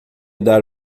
dar